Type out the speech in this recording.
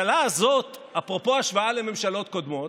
אפרופו השוואה לממשלות קודמות,